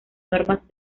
normas